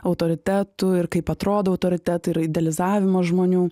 autoritetų ir kaip atrodo autoritetai ir idealizavimą žmonių